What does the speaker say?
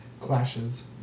clashes